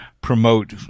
promote